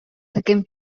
таким